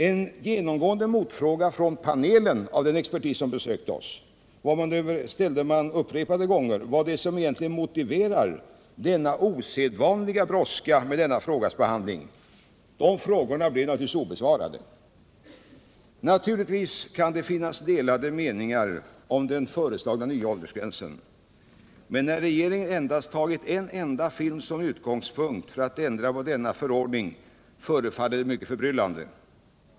En genomgående motfråga som ställdes upprepade gånger av panelen —- den expertis som besökte oss — var emellertid vad som egentligen motiverar denna osedvanliga brådska med behandlingen. Dessa frågor förblev givetvis obesvarade. 59 Naturligtvis kan det finnas delade meningar om den föreslagna nya åldersgränsen, men när regeringen tagit en enda film som utgångspunkt för att ändra på denna förordning förefaller det mycket förbryllande.